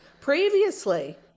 previously